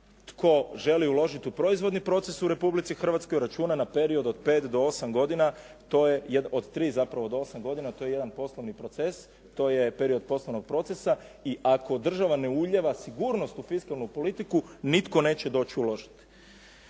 tko želi uložiti u proizvodni proces u Republici Hrvatskoj računa na period od 5 do 8 godina. To je, od 3 zapravo do 8 godina, to je jedan poslovni proces, to je period poslovnog procesa, i ako država ne ulijeva sigurnost u fiskalnu politiku nitko neće doći uložiti.